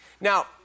Now